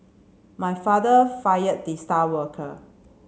my father fired the star worker